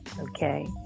Okay